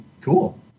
Cool